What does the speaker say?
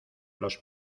los